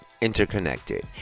interconnected